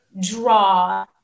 draw